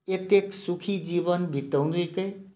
एते सुखी जीवन बीतओलके